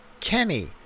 Kenny